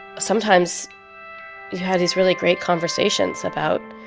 sometimes you'd have these really great conversations about